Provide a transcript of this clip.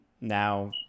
now